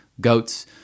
goats